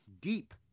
deep